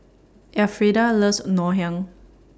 Alfreda loves Ngoh Hiang